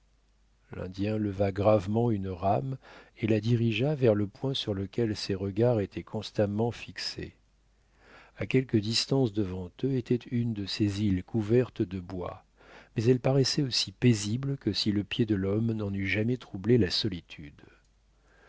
l'indien leva gravement une rame et la dirigea vers le point sur lequel ses regards étaient constamment fixés à quelque distance devant eux était une de ces îles couvertes de bois mais elle paraissait aussi paisible que si le pied de l'homme n'en eût jamais troublé la solitude